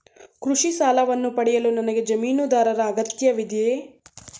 ಕೃಷಿ ಸಾಲವನ್ನು ಪಡೆಯಲು ನನಗೆ ಜಮೀನುದಾರರ ಅಗತ್ಯವಿದೆಯೇ?